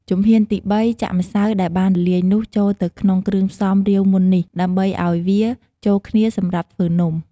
ជំហានទី ៣ ចាក់ម្សៅដែលបានលាយនោះចូលទៅក្នុងគ្រឿងផ្សំរាវមុននេះ ដើម្បីអោយវាចូលគ្នាសម្រាប់ធ្វើនំ។